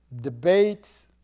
debates